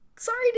Sorry